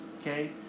Okay